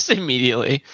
immediately